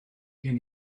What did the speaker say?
gen